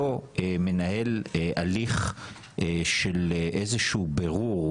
לא מנהל הליך של איזשהו בירור,